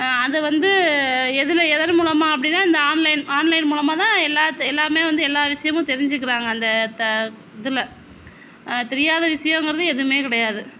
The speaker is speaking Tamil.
அதைவந்து எதில் எதன்மூலமாக அப்படினா இந்த ஆன்லைன் ஆன்லைன் மூலமாகதான் எல்லாத்தையும் எல்லாமே வந்த எல்லா விஷயமும் தெரிஞ்சுக்கிறாங்க அந்த த இதில் தெரியாத விஷயங்கிறது எதுவுமே கிடையாது